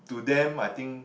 to them I think